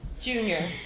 Junior